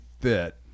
fit